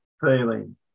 feeling